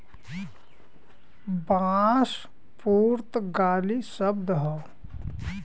बांस पुर्तगाली शब्द हौ